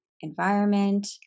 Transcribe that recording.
environment